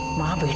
mom,